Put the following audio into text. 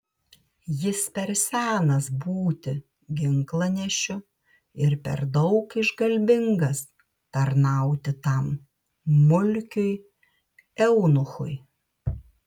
jis per senas būti ginklanešiu ir per daug iškalbingas tarnauti tam mulkiui eunuchui